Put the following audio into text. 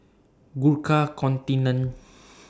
Gurkha Contingent